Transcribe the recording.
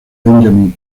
benjamin